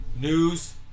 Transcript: news